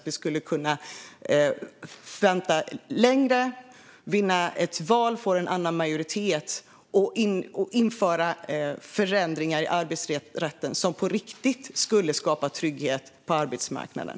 Vi skulle kunna vänta längre, vinna ett val, få en annan majoritet och införa förändringar i arbetsrätten som på riktigt skulle skapa trygghet på arbetsmarknaden.